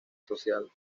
social